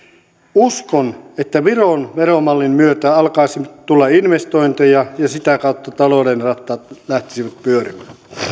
uskon että viron veromallin myötä alkaisi tulla investointeja ja sitä kautta talouden rattaat lähtisivät pyörimään